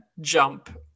jump